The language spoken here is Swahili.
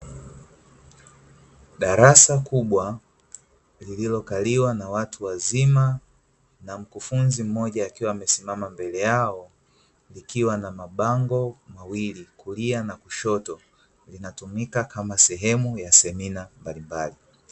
Darasa kubwa lililokaliwa na watu wazima na mkufunzi mmoja akiwa amesimama mbele yao, likiwa na mabango mawili, kulia na kushoto linatumika kama sehemu ya semina mbalimbali.